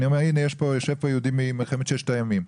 יושב כאן יהודי פצוע ממלחמת ששת הימים.